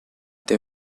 they